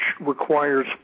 requires